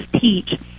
teach